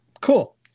Cool